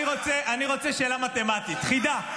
אני רוצה שאלה מתמטית, חידה.